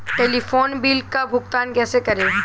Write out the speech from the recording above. Telephone bill का भुगतान कैसे करें?